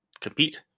compete